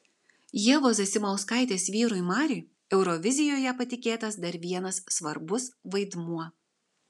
ievos zasimauskaitės vyrui mariui eurovizijoje patikėtas dar vienas svarbus vaidmuo